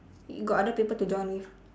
got other people to join with